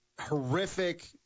horrific